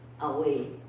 away